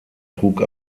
trug